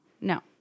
No